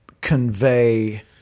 convey